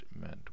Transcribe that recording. meant